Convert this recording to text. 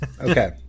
Okay